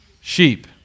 Sheep